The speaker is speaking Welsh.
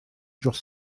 dros